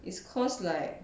it's cause like